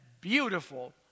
beautiful